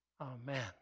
Amen